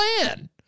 plan